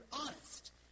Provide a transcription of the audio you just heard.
honest